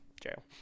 jail